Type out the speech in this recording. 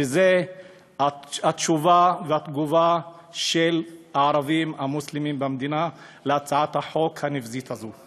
וזו התשובה והתגובה של הערבים המוסלמים במדינה להצעת החוק הנבזית הזו.